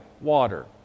water